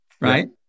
right